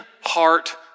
heart